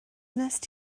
wnest